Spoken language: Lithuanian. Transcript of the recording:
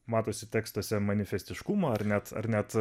matosi tekstuose manifestiškumo ar net ar net